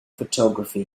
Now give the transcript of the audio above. photography